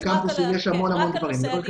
רק על הסיורים.